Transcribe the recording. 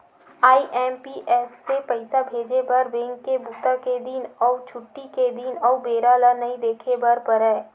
IMPS से पइसा भेजे बर बेंक के बूता के दिन अउ छुट्टी के दिन अउ बेरा ल नइ देखे बर परय